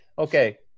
Okay